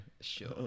Sure